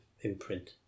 imprint